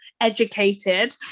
educated